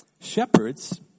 Shepherds